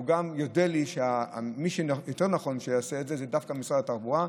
והוא יודה לי: מי שנכון יותר שיעשה את זה הוא דווקא משרד התחבורה.